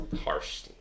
Harsh